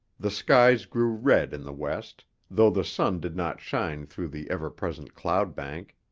the skies grew red in the west, though the sun did not shine through the ever present cloud bank.